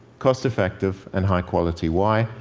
cost-effective and high quality. why?